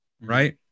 Right